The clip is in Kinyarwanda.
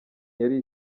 yari